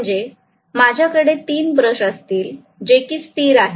म्हणजे माझ्याकडे तीन ब्रश असतील जे की स्थिर आहेत